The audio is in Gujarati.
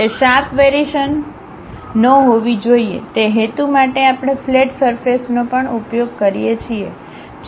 તે શાર્પ વેરીશન ન હોવી જોઈએ તે હેતુ માટે આપણે ફલેટ સરફેસનો પણ ઉપયોગ કરીએ છીએ